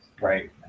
Right